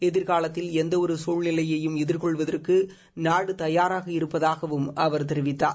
எதிர்காலத்தில் எந்த ஒரு சூழ்நிலையையும் எதிர்கோள்வதற்கு நாடு தயாராக இருப்பதாகவும் அவர் தெரிவித்தார்